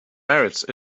marriage